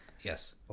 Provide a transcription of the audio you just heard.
Yes